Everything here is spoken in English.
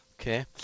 Okay